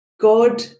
God